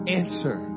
answer